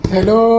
Hello